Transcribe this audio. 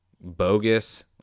bogus